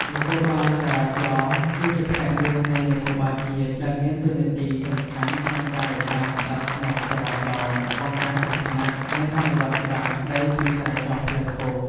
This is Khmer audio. នគរបាលចរាចរណ៍ គឺជាផ្នែកមួយនៃនគរបាលជាតិ ដែលមានតួនាទីសំខាន់ក្នុងការរក្សាសណ្ដាប់ធ្នាប់ចរាចរណ៍ បង្ការគ្រោះថ្នាក់ និងអនុវត្តច្បាប់ស្ដីពីចរាចរណ៍ផ្លូវគោក។